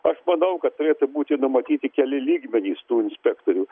aš manau kad turėtų būti numatyti keli lygmenys tų inspektorių